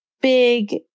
big